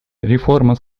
реформа